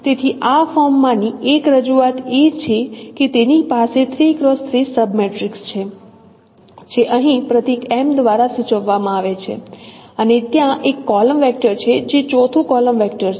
તેથી આ ફોર્મમાંની એક રજૂઆત એ છે કે તેની પાસે 3 x 3 સબ મેટ્રિક્સ છે જે અહીં પ્રતીક M દ્વારા સૂચવવામાં આવે છે અને ત્યાં એક કોલમ વેક્ટર છે જે ચોથું કોલમ વેક્ટર છે